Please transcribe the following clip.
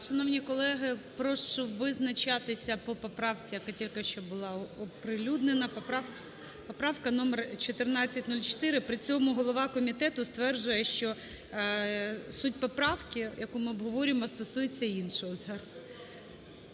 Шановні колеги, прошу визначатися по поправці, яка тільки що була оприлюднена, поправка номер 1404. При цьому голова комітету стверджує, що суть поправки, яку ми обговорюємо, стосується іншого зараз.